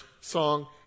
song